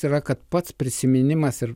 yra kad pats prisiminimas ir